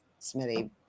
Smitty